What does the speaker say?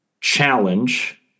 Challenge